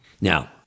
Now